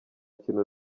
kintu